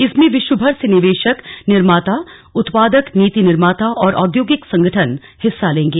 इसमें विश्व भर से निवेशक निर्माता उत्पादक नीति निर्माता और औद्योगिक संगठन हिस्सा लेंगे